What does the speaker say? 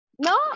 No